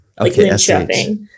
okay